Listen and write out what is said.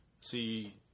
See